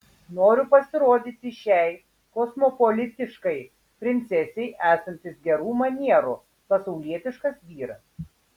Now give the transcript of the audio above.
noriu pasirodyti šiai kosmopolitiškai princesei esantis gerų manierų pasaulietiškas vyras